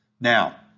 Now